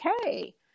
okay